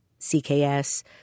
CKS –